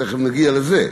תכף נגיע לזה: